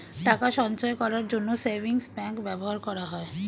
টাকা সঞ্চয় করার জন্য সেভিংস ব্যাংক ব্যবহার করা হয়